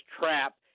trap